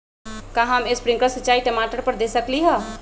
का हम स्प्रिंकल सिंचाई टमाटर पर दे सकली ह?